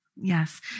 yes